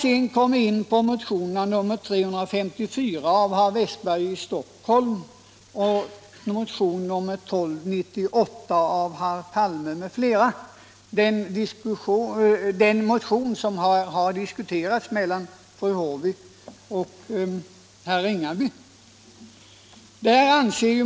Jag kommer så in på motionerna 1976 77:1298 av herr Palme m.fl. — den senare har just diskuterats av fru Håvik och herr Ringaby.